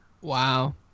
Wow